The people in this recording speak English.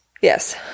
Yes